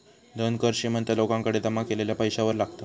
धन कर श्रीमंत लोकांकडे जमा केलेल्या पैशावर लागता